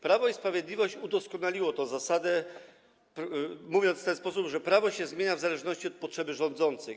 Prawo i Sprawiedliwość udoskonaliło tę zasadę, mówiąc w ten sposób, że prawo się zmienia w zależności od potrzeby rządzących.